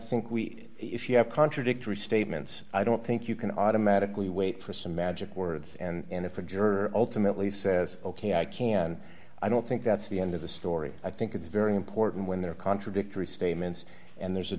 think we are if you have contradictory statements i don't think you can automatically wait for some magic words and if the juror ultimately says ok i can i don't think that's the end of the story i think it's very important when there are contradictory statements and there's a